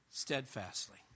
steadfastly